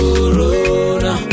Corona